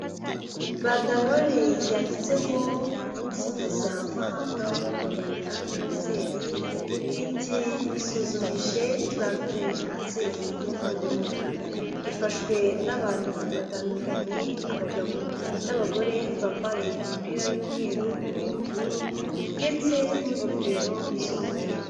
Bandarore yanditseho umunsi mpuzamahanga wo kurwanya kanseri, iti isuzumishe turandure kanseri y'inkondo y'umura, ifashwe n'abantu batandukanye, abagabo n'abagore bambaye imipira y'umweru n'iy'ubururu ndetse n'ingofero z'umweru.